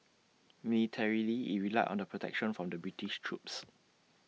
militarily IT relied on the protections from the British troops